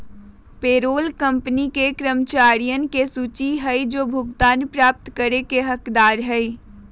payroll company के कर्मचारियन के सूची हई जो भुगतान प्राप्त करे के हकदार हई